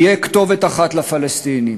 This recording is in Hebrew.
תהיה כתובת אחת לפלסטינים,